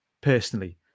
personally